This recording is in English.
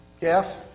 Jeff